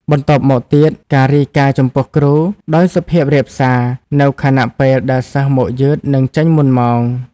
បន្ទាប់មកទៀតការរាយការណ៍ចំពោះគ្រូ ដោយសុភាពរាបសារ នៅខណៈពេលដែលសិស្សមកយឺតនិងចេញមុនម៉ោង។